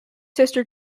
sister